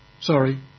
sorry